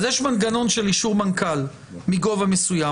אז יש מנגנון של אישור מנכ"ל מגובה מסוים,